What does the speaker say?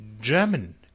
German